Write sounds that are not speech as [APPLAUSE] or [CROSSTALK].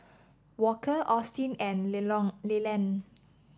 Walker Austin and Lelond [UNINTELLIGIBLE]